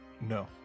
No